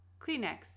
Kleenex